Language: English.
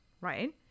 right